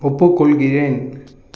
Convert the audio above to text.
ஒப்புக்கொள்கிறேன்